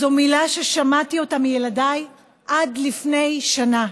זו מילה ששמעתי אותה מילדיי עד לפני שנה.